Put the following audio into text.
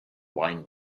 wine